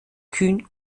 kühn